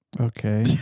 Okay